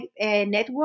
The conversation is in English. network